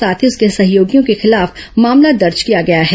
साथ ही उसके सहयोगियों के खिलाफ मामला दर्ज किया गया है